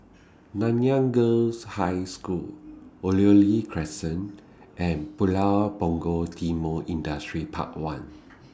Nanyang Girls' High School Oriole Crescent and Pulau Punggol Timor Industrial Park one